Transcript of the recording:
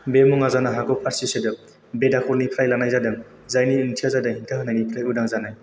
बे मुङा जानो हागौ फरसि सोदोब बेदाखलनिफ्राय लानाय जादों जायनि ओंथिया जादों हेंथा होनायनिफ्राय उदां जानाय